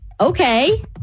okay